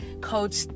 coach